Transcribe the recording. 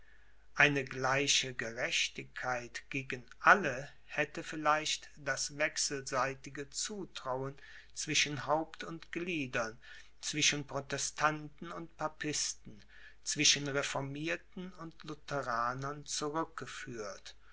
eine gleiche gerechtigkeit gegen alle hätte vielleicht das wechselseitige zutrauen zwischen haupt und gliedern zwischen protestanten und papisten zwischen reformirten und lutheranern